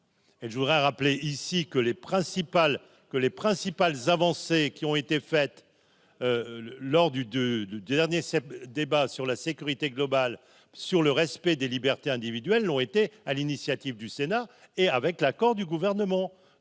les principales que les principales avancées qui ont été faites lors du de du dernier débat sur la sécurité globale sur le respect des libertés individuelles ont été à l'initiative du Sénat et avec l'accord du gouvernement,